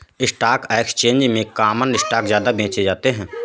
stock exchange में common stock ज्यादा बेचे जाते है